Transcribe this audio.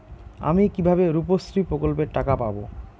আমি কিভাবে রুপশ্রী প্রকল্পের টাকা পাবো?